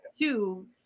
two